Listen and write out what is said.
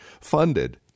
funded